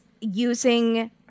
using